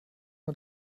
man